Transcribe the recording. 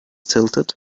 tilted